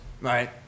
right